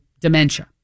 dementia